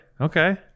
Okay